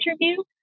interview